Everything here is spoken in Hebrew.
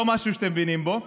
לא משהו שאתם מבינים בו.